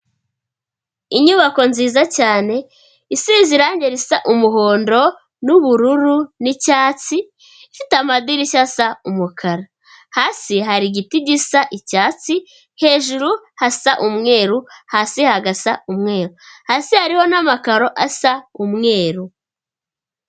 Inyubako nziza cyane, isize irangi risa umuhondo, n'ubururu, n'icyatsi, ifite amadirishya asa umukara, hasi hari igiti gisa icyatsi, hejuru hasa umweru, hasi hagasa umweru, hasi hariho n'amakaro asa umweru.